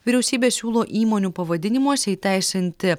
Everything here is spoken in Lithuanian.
vyriausybė siūlo įmonių pavadinimuose įteisinti